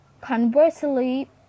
Conversely